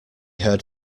heard